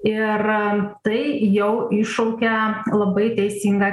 ir tai jau iššaukia labai teisingą